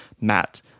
Matt